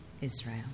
Israel